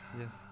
yes